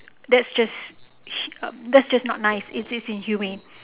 that's just that's just not nice it is inhumane